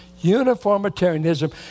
Uniformitarianism